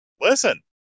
listen